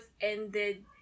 ended